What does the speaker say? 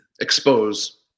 expose